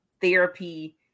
therapy